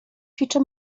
ćwiczę